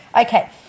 Okay